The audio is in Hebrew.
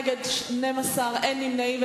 נגד, 12, אין נמנעים.